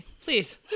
please